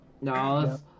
No